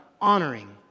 honoring